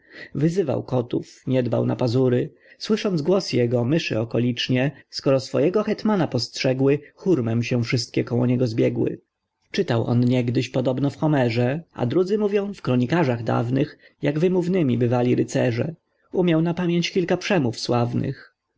wyzywał kotów nie dbał na pazury słysząc głos jego myszy okolicznie skoro swojego hetmana postrzegły hurmem się wszystkie koło niego zbiegły czytał on niegdyś podobno w homerze a drudzy mówią w kronikarzach dawnych jak wymównymi bywali rycerze umiał napamięć kilka przemów sławnych